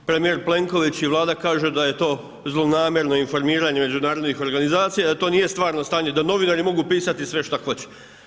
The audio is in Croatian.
Premjer Plenković i Vlada kažu da je to zlonamjerno informiranje međunarodnih organizacija, da to nije stvarno stanje, da novinari mogu pisti sve što hoće.